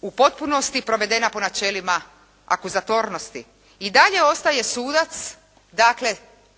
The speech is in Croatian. u potpunosti provedena po načelima akuzatornosti, i dalje ostaje sudac, dakle